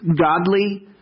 Godly